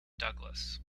douglas